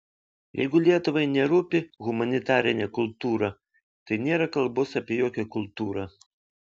jeigu lietuvai nerūpi humanitarinė kultūra tai nėra kalbos apie jokią kultūrą